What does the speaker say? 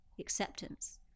acceptance